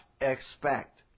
expect